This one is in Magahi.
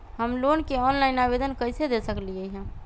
हम लोन के ऑनलाइन आवेदन कईसे दे सकलई ह?